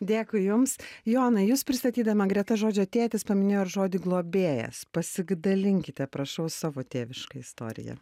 dėkui jums jonai jus pristatydama greta žodžio tėtis paminėjau ir žodį globėjas pasidalinkite prašau savo tėviška istorija